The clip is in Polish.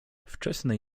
wczesny